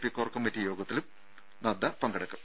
P core committee യോഗത്തിലും അദ്ദേഹം പങ്കെടുക്കും